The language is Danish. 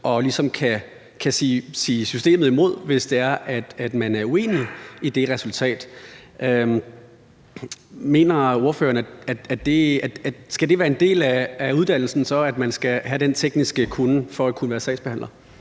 kan sige systemet imod, hvis man er uenig i resultatet. Mener ordføreren, at det skal være en del af uddannelsen, at man skal have den tekniske kunnen for at kunne være sagsbehandler?